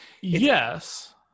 Yes